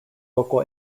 local